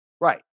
Right